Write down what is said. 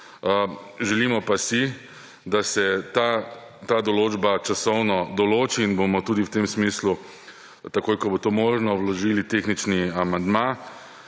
Želimo pa si, da se ta določba časovno določi in bomo tudi v tem smislu, takoj, ko bo to možno, vložili tehnični amandma